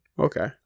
Okay